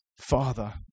Father